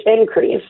increase